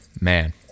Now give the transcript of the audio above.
man